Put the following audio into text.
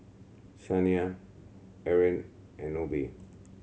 Shaniya Erin and Nobie